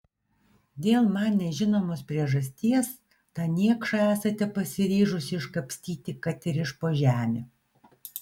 dėl man nežinomos priežasties tą niekšą esate pasiryžusi iškapstyti kad ir iš po žemių